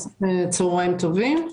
צוהריים טובים.